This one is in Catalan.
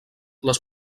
les